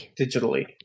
digitally